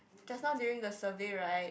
just now during the survey right